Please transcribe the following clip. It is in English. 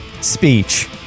speech